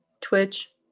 Twitch